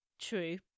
True